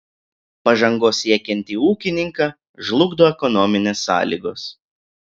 pažangos siekiantį ūkininką žlugdo ekonominės sąlygos